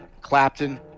Clapton